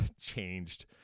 changed